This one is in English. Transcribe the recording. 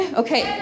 okay